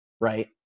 Right